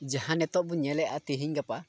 ᱡᱟᱦᱟᱸ ᱱᱤᱛᱚᱜ ᱵᱚᱱ ᱧᱮᱞᱮᱫᱼᱟ ᱛᱮᱦᱤᱧ ᱜᱟᱯᱟ